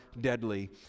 deadly